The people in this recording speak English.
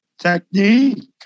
technique